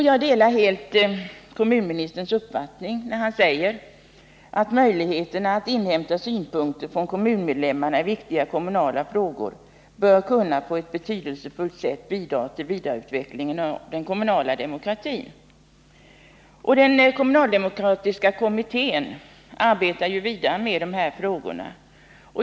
Jag delar helt kommunministerns uppfattning när han säger att möjligheterna att inhämta synpunkter från kommunmedlemmarna i viktiga kommunala frågor på ett betydelsefullt sätt bör kunna bidra till vidareutvecklingen av den kommunala demokratin. Den kommunaldemokratiska kommittén arbetar vidare med dessa frågor.